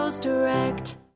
Direct